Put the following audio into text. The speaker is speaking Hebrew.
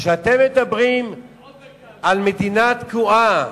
כשאתם מדברים על מדינה תקועה,